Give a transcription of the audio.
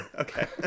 okay